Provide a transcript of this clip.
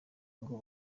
ngo